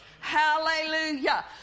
Hallelujah